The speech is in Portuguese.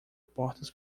portas